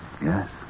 Yes